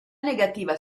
negativa